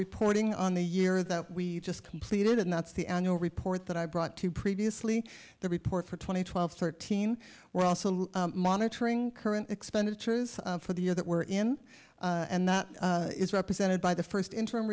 reporting on the year that we've just completed and that's the annual report that i brought to previously the report for twenty twelve thirteen we're also monitoring current expenditures for the year that were in and that is represented by the first in